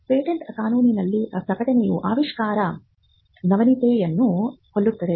patent ಕಾನೂನಿನಲ್ಲಿ ಪ್ರಕಟಣೆಯು ಆವಿಷ್ಕಾರದ ನವೀನತೆಯನ್ನು ಕೊಲ್ಲುತ್ತದೆ